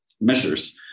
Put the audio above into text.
measures